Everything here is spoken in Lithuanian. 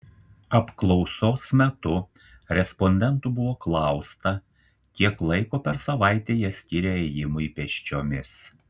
apklausos metu respondentų buvo klausta kiek laiko per savaitę jie skiria ėjimui pėsčiomis